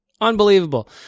Unbelievable